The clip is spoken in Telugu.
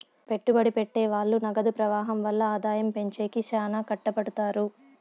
పెట్టుబడి పెట్టె వాళ్ళు నగదు ప్రవాహం వల్ల ఆదాయం పెంచేకి శ్యానా కట్టపడుతారు